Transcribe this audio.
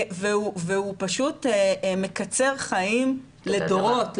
והוא פשוט מקצר חיים לדורות,